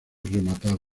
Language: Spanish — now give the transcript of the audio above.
rematado